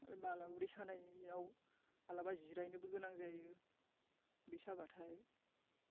मालाबा उदै सानायाव माब्लाबा जिरायनोबो गोनां जायो उदै साबाथाय